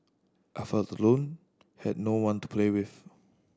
I felt alone had no one to play with